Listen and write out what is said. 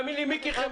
אם נספיק, כן.